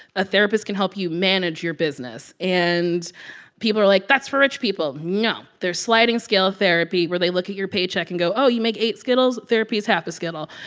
a therapist can help you manage your business and people are like, that's for rich people. no. there's sliding-scale therapy where they look at your paycheck and go, oh, you make eight skittles therapy's half a skittle,